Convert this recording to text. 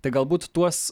tai galbūt tuos